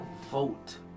vote